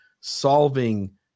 solving